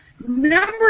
Number